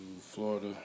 Florida